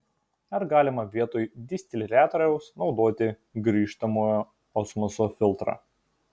ar galima vietoj distiliatoriaus naudoti grįžtamojo osmoso filtrą